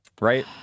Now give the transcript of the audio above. right